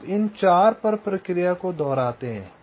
आप इन 4 पर प्रक्रिया को दोहराते हैं